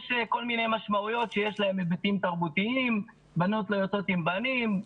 יש כל מיני משמעויות שיש להן היבטים תרבותיים; בנות לא יוצאות עם בנים,